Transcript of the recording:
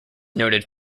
noted